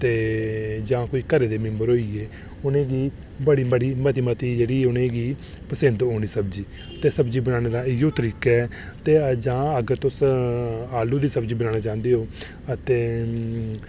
अते जां कोई घरै दे मैम्बर होई ए उ'नेंगी बड़ी मती मती जेह्ड़ी ऐ उ'नेंगी पसंद औनी सब्जी ते सब्जी बनाने दा इ'यो तरीका ऐ ते जां अगर तुस आलू दी सब्जी बनाना चांह्दे ओ अते